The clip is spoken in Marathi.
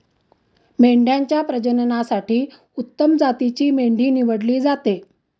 मेंढ्यांच्या प्रजननासाठी उत्तम जातीची मेंढी निवडली जाते